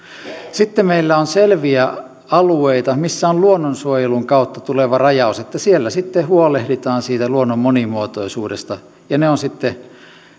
sitten meillä on selviä alueita missä on luonnonsuojelun kautta tuleva rajaus että siellä sitten huolehditaan siitä luonnon monimuotoisuudesta ja ne ovat sitten